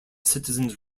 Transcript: citizens